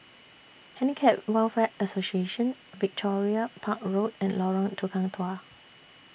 Handicap Welfare Association Victoria Park Road and Lorong Tukang Dua